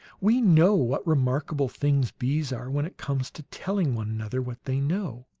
we know what remarkable things bees are, when it comes to telling one another what they know.